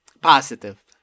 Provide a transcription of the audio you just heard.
Positive